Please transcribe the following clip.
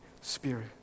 Spirit